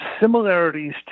similarities